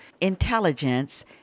Intelligence